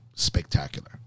spectacular